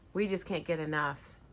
we just can't get enough.